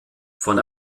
von